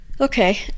Okay